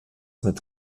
mit